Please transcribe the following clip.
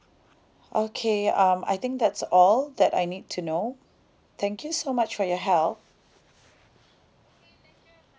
okay um I think that's all that I need to know thank you so much for your help